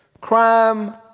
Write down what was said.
crime